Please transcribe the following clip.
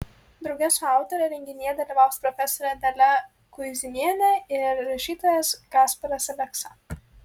drauge su autore renginyje dalyvaus profesorė dalia kuizinienė ir rašytojas gasparas aleksa